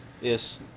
Yes